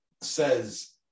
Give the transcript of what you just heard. Says